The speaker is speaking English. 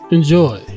Enjoy